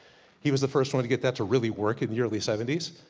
he was the first one to get that, to really work in the early seventy s.